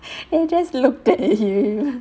then just looked at it